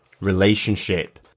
relationship